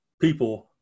people